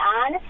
on